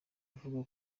avuga